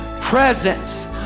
presence